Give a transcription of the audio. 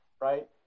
right